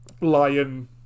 lion